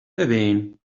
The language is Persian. ببین